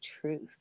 truth